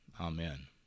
Amen